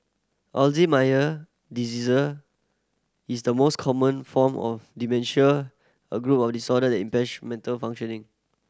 Alzheimer diseaser is the most common form of dementia a group of disorder that mental functioning